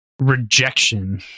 rejection